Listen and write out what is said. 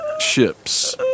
ships